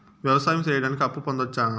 వ్యవసాయం సేయడానికి అప్పు పొందొచ్చా?